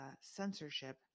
censorship